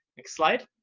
next slide.